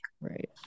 Right